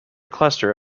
cluster